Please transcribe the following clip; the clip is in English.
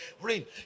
rain